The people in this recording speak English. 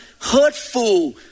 hurtful